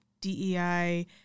DEI